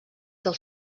del